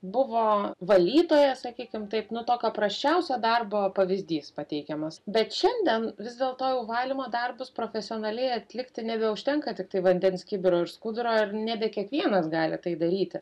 buvo valytoja sakykime taip nu tokio prasčiausio darbo pavyzdys pateikiamas bet šiandien vis dėlto jau valymo darbus profesionaliai atlikti nebeužtenka tiktai vandens kibiro ir skuduro ir nebe kiekvienas gali tai daryti